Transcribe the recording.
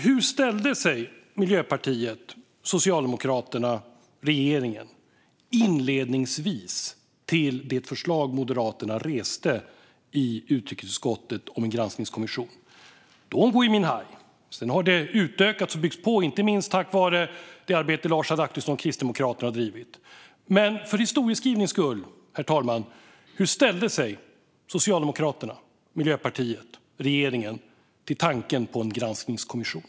Hur ställde sig Miljöpartiet och Socialdemokraterna - regeringen - inledningsvis till det förslag om en granskningskommission som Moderaterna lade fram i utrikesutskottet? Då gällde det Gui Minhai. Sedan har det utökats och byggts på, inte minst tack vare det arbete som Lars Adaktusson, Kristdemokraterna, har drivit. Men för historieskrivningens skull frågar jag alltså: Hur ställde sig Socialdemokraterna och Miljöpartiet - regeringen - till tanken på en granskningskommission?